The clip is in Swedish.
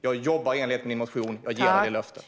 Jag jobbar i enlighet med din motion. Jag ger dig det löftet.